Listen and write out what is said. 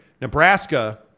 Nebraska